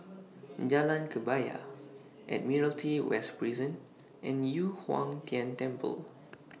Jalan Kebaya Admiralty West Prison and Yu Huang Tian Temple